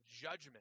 judgment